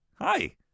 hi